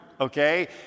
okay